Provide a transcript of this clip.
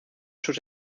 sus